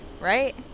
right